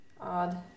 Odd